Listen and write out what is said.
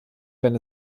wenn